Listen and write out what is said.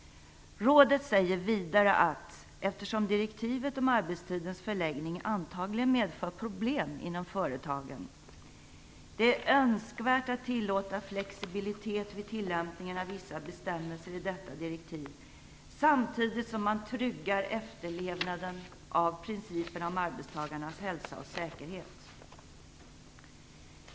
Rådet säger vidare att - eftersom direktivet om arbetstidens förläggning antagligen medför problem inom företagen - det är önskvärt att tillåta flexibilitet vid tillämpningen av vissa bestämmelser i detta direktiv, samtidigt som man tryggar efterlevnaden av principerna om arbetstagarnas hälsa och säkerhet.